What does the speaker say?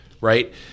right